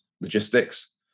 logistics